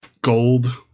gold